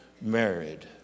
married